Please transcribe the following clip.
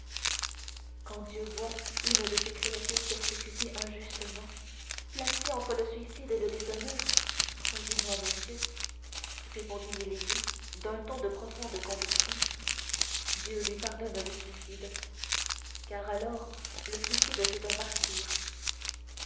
quand dieu voit une de ses créatures persécutée injustement placée entre le suicide et le déshonneur croyez-moi monsieur répondit milady d'un ton de profonde conviction dieu lui pardonne le suicide car alors le suicide c'est le martyre